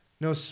No